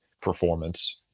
performance